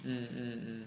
mm